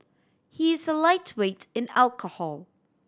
he is a lightweight in alcohol